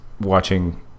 watching